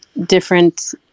different